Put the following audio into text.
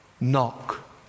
Knock